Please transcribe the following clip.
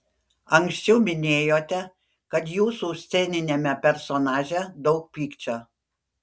anksčiau minėjote kad jūsų sceniniame personaže daug pykčio